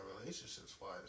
relationships-wise